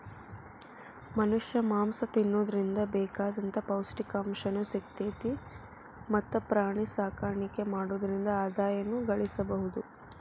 ಮನಷ್ಯಾ ಮಾಂಸ ತಿನ್ನೋದ್ರಿಂದ ಬೇಕಾದಂತ ಪೌಷ್ಟಿಕಾಂಶನು ಸಿಗ್ತೇತಿ ಮತ್ತ್ ಪ್ರಾಣಿಸಾಕಾಣಿಕೆ ಮಾಡೋದ್ರಿಂದ ಆದಾಯನು ಗಳಸಬಹುದು